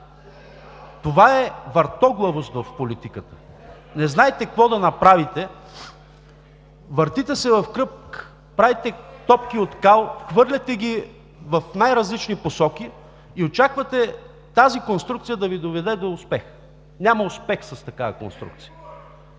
Това е въртоглавост в политиката – не знаете какво да направите, въртите се в кръг, правите топки от кал, хвърляте ги в най-различни посоки и очаквате тази конструкция да Ви доведе до успех. Няма успех с такава конструкция!